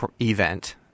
event